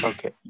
Okay